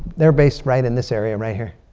they're based right in this area right here.